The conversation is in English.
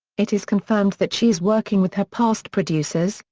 it is confirmed that she is working with her past producers,